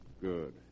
Good